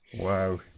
wow